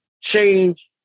change